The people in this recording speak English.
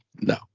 No